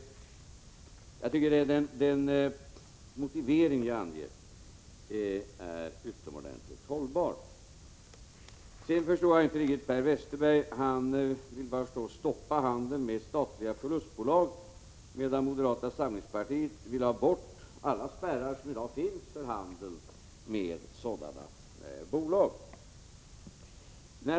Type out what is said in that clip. Jag tycker den motivering jag anger är utomordentligt hållbar. Per Westerberg förstår jag inte heller riktigt. Han vill bara stoppa handeln med statliga förlustbolag, medan moderata samlingspartiet vill ha bort alla spärrar som i dag finns för handeln med sådana bolag.